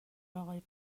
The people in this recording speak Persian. ملاقات